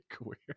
queer